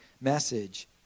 message